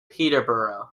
peterborough